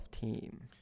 team